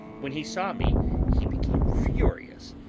when he saw me he became furious,